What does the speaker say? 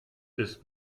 ist